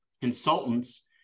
consultants